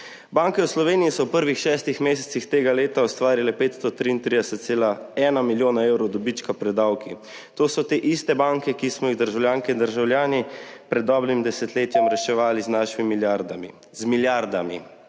Banke v Sloveniji so v prvih šestih mesecih tega leta ustvarile 533,1 milijona evrov dobička pred davki. To so te iste banke, ki smo jih državljanke in državljani pred dobrim desetletjem reševali z našimi milijardami, z milijardami